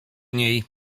niej